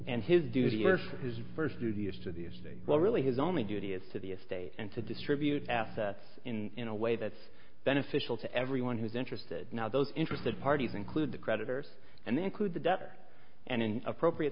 and his duty here for his versatility is to this day well really his only duty is to the estate and to distribute assets in a way that's beneficial to everyone who's interested now those interested parties include the creditors and they include the debtor and in appropriate